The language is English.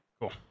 Cool